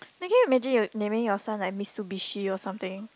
I can't imagine you naming your son like Mitsubishi or something